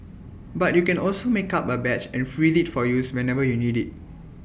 but you can also make up A batch and freeze IT for use whenever you need IT